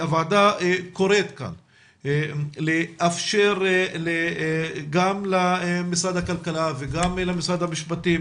הוועדה קוראת לאפשר גם למשרד הכלכלה וגם למשרד המשפטים